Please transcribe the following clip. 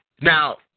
Now